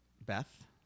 Beth